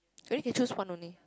only can choose one only